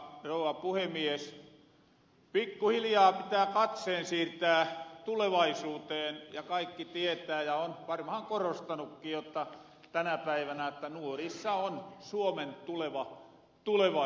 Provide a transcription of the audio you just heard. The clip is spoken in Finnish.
pikkuhiljaa pitää katse siirtää tulevaisuuteen ja kaikki tietää ja on varmaan korostanukkin tänä päivänä että nuorissa on suomen tulevaisuus